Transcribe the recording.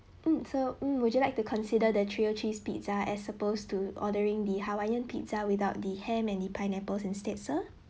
mm so mm would you like to consider the trio cheese pizza as supposed to ordering the hawaiian pizza without the ham and the pineapples instead sir